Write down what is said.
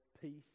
peace